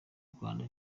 rwanda